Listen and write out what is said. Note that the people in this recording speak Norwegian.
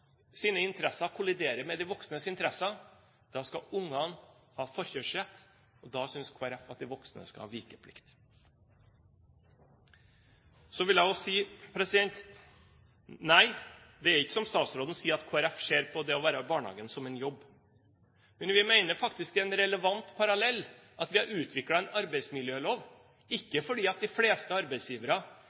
ha forkjørsrett. Da synes Kristelig Folkeparti at de voksne skal ha vikeplikt. Jeg vil også si: Nei, det er ikke som statsråden sier, at Kristelig Folkeparti ser på det å være i barnehagen som en jobb. Men vi mener faktisk det er en relevant parallell at vi har utviklet en arbeidsmiljølov – ikke fordi de fleste arbeidsgivere er noen tyranner som misbruker sine ansatte. Nei, for de aller fleste arbeidstakere og arbeidsgivere